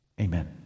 Amen